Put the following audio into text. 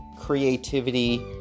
creativity